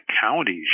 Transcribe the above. counties